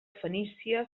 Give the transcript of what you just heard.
fenícia